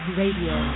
radio